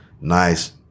nice